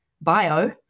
bio